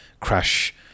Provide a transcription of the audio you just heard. crash